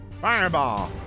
Fireball